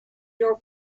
your